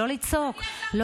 לא לצעוק.